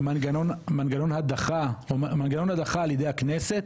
מנגנון הדחה על ידי הכנסת?